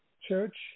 Church